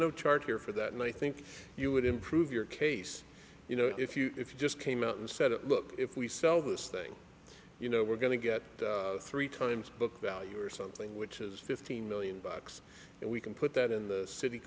no charge here for that and i think you would improve your case you know if you if you just came out and said look if we sell this thing you know we're going to get three times book value or something which is fifteen million bucks and we can put that in the city